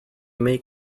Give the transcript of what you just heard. make